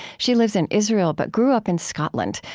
she lives in israel but grew up in scotland,